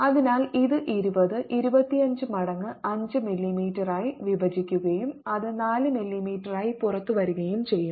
അതിനാൽ ഇത് 20 25 മടങ്ങ് 5 മില്ലീമീറ്ററായി വിഭജിക്കുകയും അത് 4 മില്ലീമീറ്ററായി പുറത്തുവരുകയും ചെയ്യും